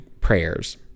prayers